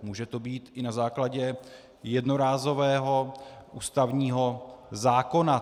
Může to být i na základě jednorázového ústavního zákona.